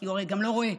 כי הרי הוא גם לא רואה.